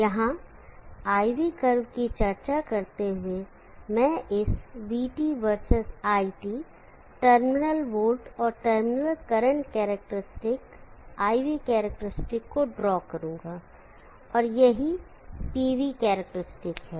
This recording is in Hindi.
यहाँ IV कर्व की चर्चा करते हुए मैं इस vT versus iT terminal voltage और terminal current characteristic IV characteristic को ड्रॉ करूंगा और यही PV कैरेक्टरिस्टिक है